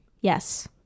yes